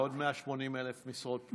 ועוד 180,000 משרות.